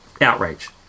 outrage